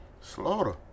Slaughter